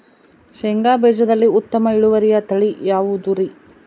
ಶೇಂಗಾ ಬೇಜದಲ್ಲಿ ಉತ್ತಮ ಇಳುವರಿಯ ತಳಿ ಯಾವುದುರಿ?